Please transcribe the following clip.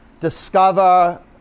discover